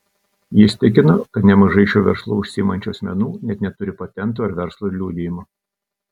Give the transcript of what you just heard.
jis tikino kad nemažai šiuo verslu užsiimančių asmenų net neturi patento ar verslo liudijimo